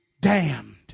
damned